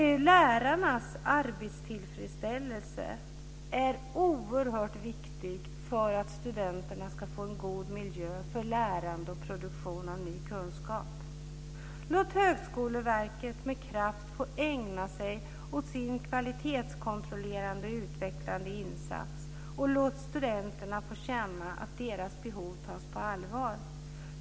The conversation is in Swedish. Lärarnas arbetstillfredsställelse är oerhört viktig för att studenterna ska få en god miljö för lärande och produktion av ny kunskap. Låt Högskoleverket med kraft få ägna sig åt sin kvalitetskontrollerande och utvecklande insats. Och låt studenterna få känna att deras behov tas på allvar.